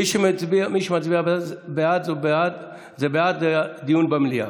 מי שמצביע בעד, זה בעד דיון במליאה.